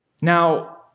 Now